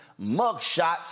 mugshots